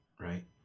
right